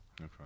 okay